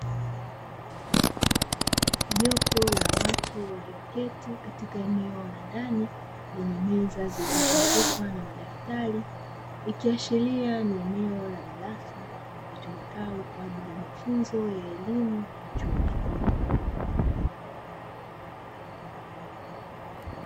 Jopo la watu walioketi katika eneo la ndani lenye meza zilizozungukwa na madaftari, ikiashiria ni eneo la darasa litumikalo kwa ajili ya mafunzo ya elimu ya chuo kikuu.